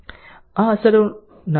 આ અસરોનાં ઉકેલો શું છે